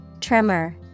Tremor